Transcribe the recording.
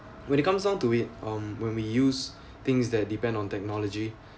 when it comes down to it um when we use things that depend on technology